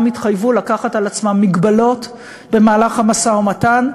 גם התחייבו לקחת על עצמם מגבלות במהלך המשא-ומתן,